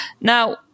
Now